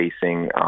facing